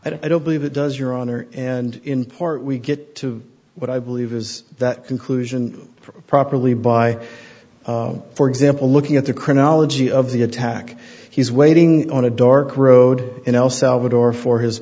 i don't believe it does your honor and in part we get to what i believe is that conclusion properly by for example looking at the chronology of the attack he's waiting on a dark road in el salvador for his